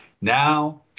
Now